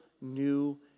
new